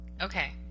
Okay